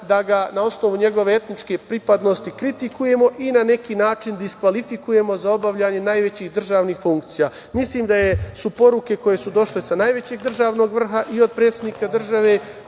da ga na osnovu njegove etničke pripadnosti kritikujemo i na neki način diskvalifikujemo za obavljanje najvećih državnih funkcija. Mislim da su poruke koje su došle sa najvećeg državnog vrha, i od predsednika države,